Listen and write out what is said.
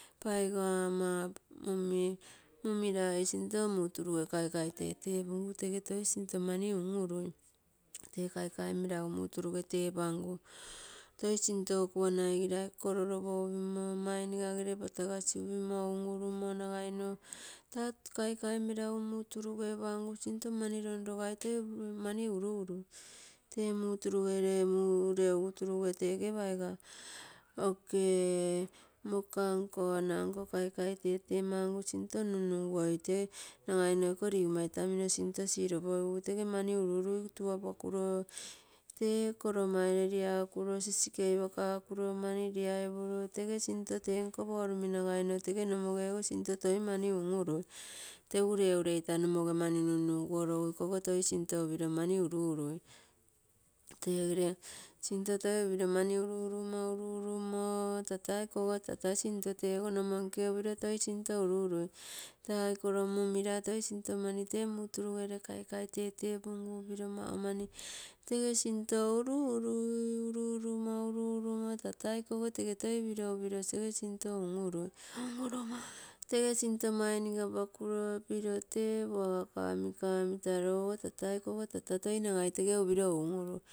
Paiga mama omi, mumirai sinto muturuse kaikai repungu tese toi sinto mani un urui. Tee kaikai melagu mutege tepangu toisinto kuanai girai kororopo upimo mainigagere patagasi upimo un urumo nagai no taa kaikai melagu muturuge opangu sinto mani lonlogai roi upiro mani un urui. Tee muturogere mureugu turuse rege paiga oke moka nko ananko kaikai tetemangu sinto nunnuguoi. Nagai no iko ligomma itamino sinto siropogigu tege mani un urui tuopakuro tee kovo maire liakuro sisikeipakuro ani uaipuro tege sinto tenko parui nagaimo tese nomoge ogo sinto toimani un urui. Tegu lee ureita nomoge mani numnumguo rosu ikoge toi sinto upiro mani uru urui. Tegere sinto toi upiro mani uru urumo, uru urumo tata iko tata sinto teso nomonke toi upiro sinto uru urui. Tai koro mumira toi sinto mani toi tee muturusere kaikai tetegumgu upiro maumani tese sinto uru urui, uru urumo, uru urumo, uru urumo tata ikoso toi tese toi upiro-upiro ese sinto un urui. Un urumo tese sinto mai misa pakuro, piro tee puasa kami kami taroigo tata ikogo toi naigai upiro tese un urui.